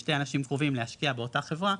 לשני אנשים קרובים להשקיע באותה חברה,